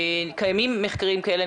שקיימים מחקרים כאלה.